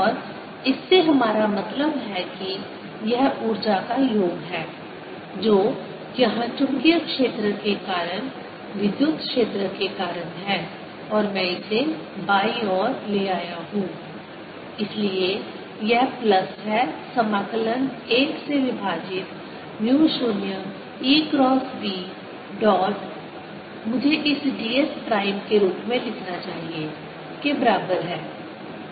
और इससे हमारा मतलब है कि यह ऊर्जा का योग है जो यहां चुंबकीय क्षेत्र के कारण और विद्युत क्षेत्र के कारण है और मैं इसे बायीं ओर ले आया हूँ इसलिए यह प्लस है समाकलन 1 से विभाजित mu 0 E cross B dot मुझे इसे ds प्राइम के रूप में लिखना चाहिए के बराबर है